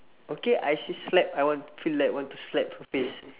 okay I say slap I wa~ feel like want to slap her face